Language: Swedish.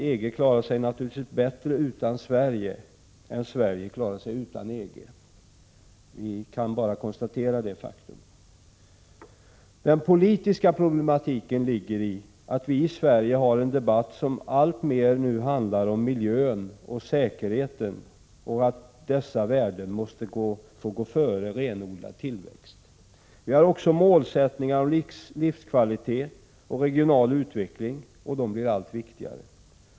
EG klarar sig naturligtvis bättre utan Sverige än Sverige klarar sig utan EG. Vi kan bara konstatera detta faktum. Den politiska problematiken ligger i att vi i Sverige har en debatt som nu alltmer handlar om att miljön och säkerheten måste få gå före renodlad tillväxt. Vi har också målsättningar om livskvalitet och regional utveckling, och de blir allt viktigare.